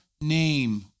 name